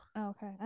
Okay